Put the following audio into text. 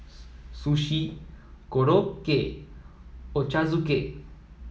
Sushi Korokke Ochazuke